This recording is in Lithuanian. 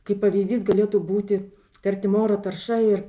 kaip pavyzdys galėtų būti tarkim oro tarša ir